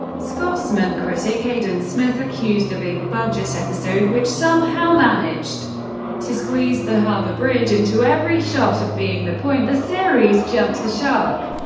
scotsman critic aidan smith accused the big-budget episode which somehow managed to squeeze the harbour bridge into every shot of being the point the series jumped the shark,